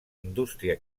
indústria